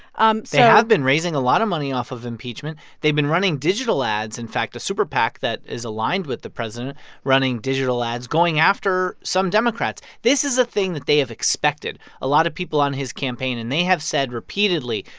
um they have been raising a lot of money off of impeachment. they've been running digital ads in fact, a superpac that is aligned with the president running digital ads, going after some democrats. this is a thing that they have expected. a lot of people on his campaign and they have said repeatedly,